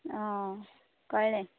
आं कळ्ळें